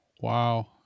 Wow